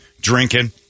drinking